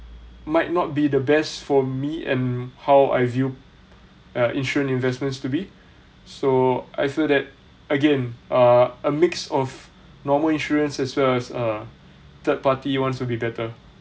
might not be the best for me and how I view err insurance investments to be so I feel that again uh a mix of normal insurance as well as uh third party ones will be better